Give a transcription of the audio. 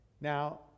Now